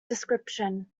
description